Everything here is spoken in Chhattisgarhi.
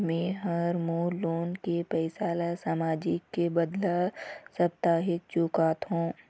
में ह मोर लोन के पैसा ला मासिक के बदला साप्ताहिक चुकाथों